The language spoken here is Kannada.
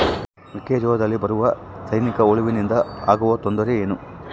ಮೆಕ್ಕೆಜೋಳದಲ್ಲಿ ಬರುವ ಸೈನಿಕಹುಳುವಿನಿಂದ ಆಗುವ ತೊಂದರೆ ಏನು?